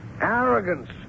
Arrogance